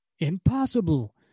Impossible